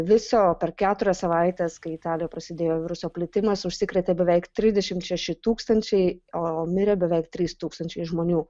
viso per keturias savaites kai italijoj prasidėjo viruso plitimas užsikrėtė beveik tridešimt šeši tūkstančiai o mirė beveik trys tūkstančiai žmonių